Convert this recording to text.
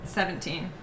Seventeen